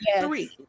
three